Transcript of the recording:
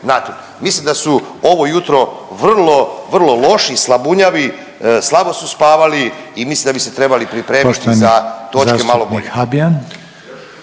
Mislim da su ovo jutro vrlo, vrlo loši i slabunjavi, slabo su spavali i mislim da bi se trebali pripremi za točke malo bolje.